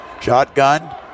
shotgun